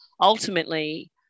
ultimately